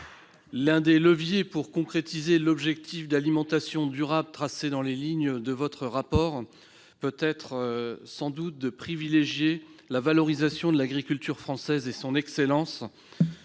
l'un des leviers pour concrétiser l'objectif d'alimentation durable tracé dans les lignes de ce rapport consiste sans doute à valoriser l'agriculture française et son excellence,